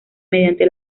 mediante